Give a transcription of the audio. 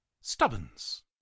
stubbins